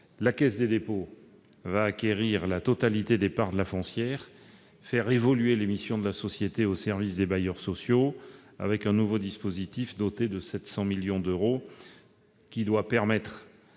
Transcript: La Caisse des dépôts et consignations va acquérir la totalité de ses parts, faire évoluer les missions de la société au service des bailleurs sociaux, avec un nouveau dispositif doté de 700 millions d'euros qui doit leur permettre